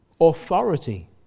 authority